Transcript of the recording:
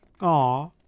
Aw